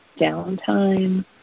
downtime